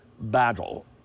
battle